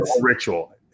ritual